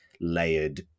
layered